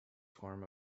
form